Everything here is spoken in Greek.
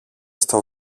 στο